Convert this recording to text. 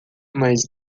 mas